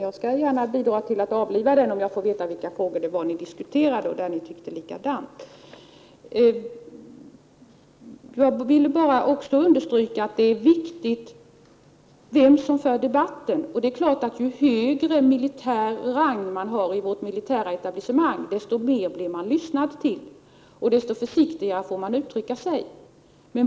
Jag skall gärna bidra till att avliva dem om jag får veta vilka frågor som ni diskuterade och tyckte likadant i. Jag vill också understryka att det är viktigt vem som för debatten. Det är klart att ju högre rang man har i vårt militära etablissemang, desto mer blir man lyssnad till och desto försiktigare får man uttrycka sig.